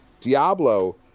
Diablo